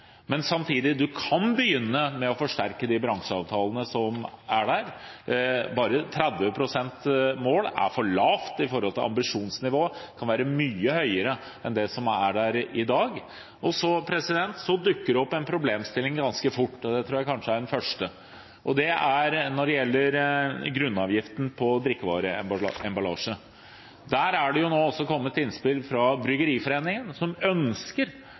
Men samtidig, man kan begynne med å forsterke de bransjeavtalene som er der. Et mål om bare 30 pst. er for lavt i forhold til ambisjonsnivået. Det kan være mye høyere enn det som er der i dag. Det dukker opp en problemstilling ganske fort – det tror jeg kanskje er den første – og det er når det gjelder grunnavgiften på drikkevareemballasje. Der er det nå kommet innspill fra Bryggeriforeningen, som ønsker